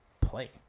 play